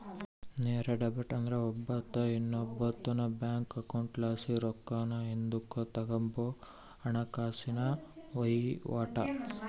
ನೇರ ಡೆಬಿಟ್ ಅಂದ್ರ ಒಬ್ಬಾತ ಇನ್ನೊಬ್ಬಾತುನ್ ಬ್ಯಾಂಕ್ ಅಕೌಂಟ್ಲಾಸಿ ರೊಕ್ಕಾನ ಹಿಂದುಕ್ ತಗಂಬೋ ಹಣಕಾಸಿನ ವಹಿವಾಟು